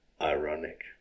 ironic